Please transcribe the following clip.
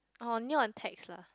oh only on text lah